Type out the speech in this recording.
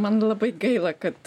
man labai gaila kad